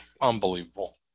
Unbelievable